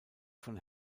von